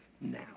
now